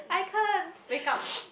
I can't